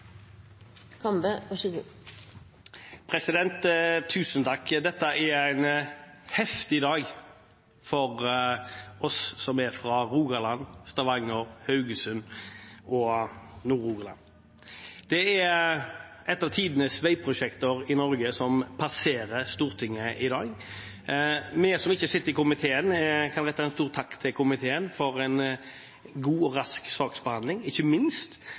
fra Rogaland, Stavanger, Haugesund og Nordhordland. Det er et av tidenes veiprosjekter i Norge som passerer Stortinget i dag. Vi som ikke sitter i komiteen, kan rette en stor takk til komiteen for en god og rask saksbehandling, ikke minst